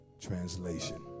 translation